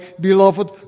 Beloved